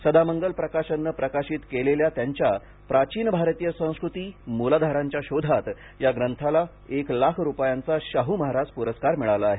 सदामंगल प्रकाशनानं प्रकाशित केलेल्या त्यांच्या प्राचीन भारतीय संस्कृती मूलाधारांच्या शोधात या ग्रंथाला एक लाख रुपयांचा शाहू महाराज पुरस्कार मिळाला आहे